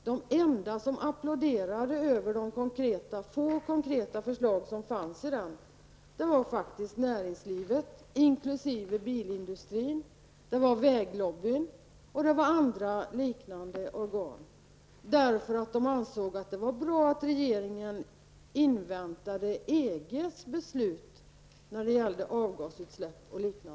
De enda som applåderade över de få konkreta förslag som fanns i propositionen var faktiskt näringslivet inkl. bilindustrin, väglobbyn och andra liknande organ. Dessa ansåg nämligen att det var bra att regeringen inväntade EGs beslut om bl.a. avgasutsläpp.